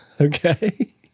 Okay